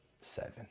seven